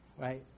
right